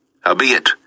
Howbeit